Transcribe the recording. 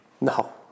No